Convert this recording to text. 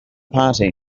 party